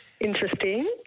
Interesting